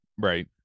Right